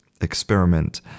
experiment